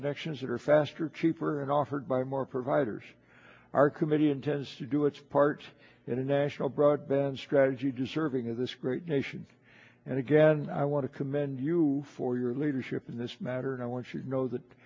connections that are faster cheaper and offered by more providers our committee intends to do its part in a national broadband strategy deserving of this great nation and again i want to commend you for your leadership in this matter and i want you to know that